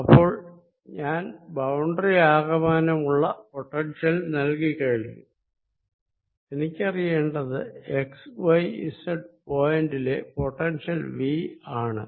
അപ്പോൾ ഞാൻ ബൌണ്ടറി ആകമാനമുള്ള പൊട്ടൻഷ്യൽ നൽകി ക്കഴിഞ്ഞു എനിക്കറിയേണ്ടത് X Y Z പോയിന്റിലെ പൊട്ടൻഷ്യൽ V ആണ്